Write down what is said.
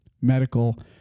medical